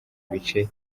bice